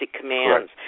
commands